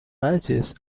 rises